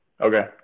Okay